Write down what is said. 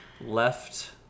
left